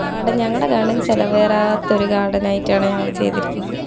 garden ഞങ്ങളുടെ garden ചിലവേറാത്തൊരു ഗാർഡനായിട്ടാണ് ഞങ്ങൾ ചെയ്തിരിക്കുന്നത്